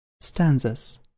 Stanzas